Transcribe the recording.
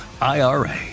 IRA